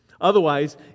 Otherwise